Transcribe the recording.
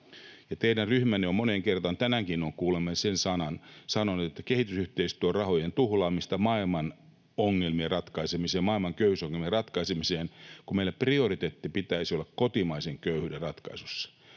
teidän ryhmänne on moneen kertaan, tänäänkin, sen sanonut, että kehitysyhteistyö on rahojen tuhlaamista maailman köyhyysongelmien ratkaisemiseen, kun meillä prioriteetti pitäisi olla kotimaisen köyhyyden ratkaisemisessa.